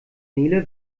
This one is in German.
nele